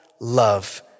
love